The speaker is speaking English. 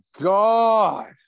god